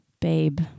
Babe